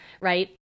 right